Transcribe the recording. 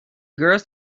girls